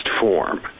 form